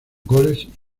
goles